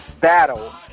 battle